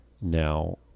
now